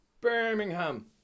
Birmingham